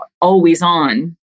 always-on